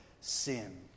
sin